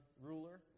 ruler